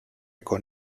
con